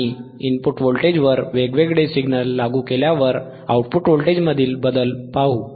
आणि इनपुट व्होल्टेजवर वेगवेगळे सिग्नल लागू केल्यावर आउटपुट व्होल्टेजमधील बदल पाहू